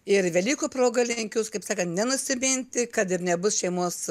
ir velykų proga linkiu kaip sakant nenusiminti kad ir nebus šeimos